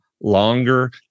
longer